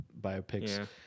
biopics